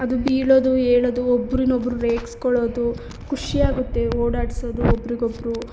ಅದು ಬೀಳೋದು ಏಳೋದು ಒಬ್ರನೊಬ್ರು ರೇಗಿಸ್ಕೊಳ್ಳೋದು ಖುಷಿ ಆಗುತ್ತೆ ಓಡಾಡ್ಸೋದು ಒಬ್ರಿಗೊಬ್ರು